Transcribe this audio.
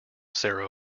sarah